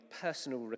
personal